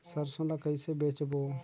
सरसो ला कइसे बेचबो?